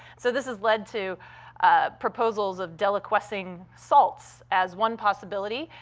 so this has led to proposals of deliquescing salts as one possibility,